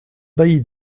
bailli